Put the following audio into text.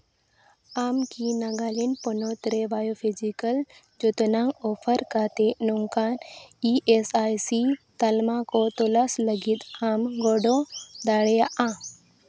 ᱟᱢ ᱠᱤ ᱱᱟᱜᱟᱞᱮᱱᱰ ᱯᱚᱱᱚᱛ ᱨᱮ ᱵᱟᱭᱳᱯᱷᱤᱡᱤᱠᱮᱞ ᱡᱚᱛᱚᱱᱟᱝ ᱚᱯᱷᱟᱨ ᱠᱟᱛᱮ ᱱᱚᱝᱠᱟᱱ ᱤ ᱮᱥ ᱟᱭ ᱥᱤ ᱛᱟᱞᱢᱟ ᱠᱚ ᱛᱚᱞᱟᱥ ᱞᱟᱹᱜᱤᱫ ᱟᱢ ᱜᱚᱲᱚ ᱫᱟᱲᱮᱭᱟᱜᱼᱟ